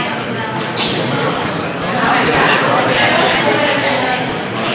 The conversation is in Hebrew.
הצעת סיעת הרשימה המשותפת להביע